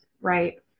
right